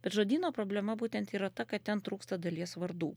bet žodyno problema būtent yra ta kad ten trūksta dalies vardų